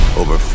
over